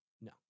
No